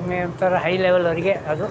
ಒಂಥರ high level ಅವರಿಗೆ ಅದು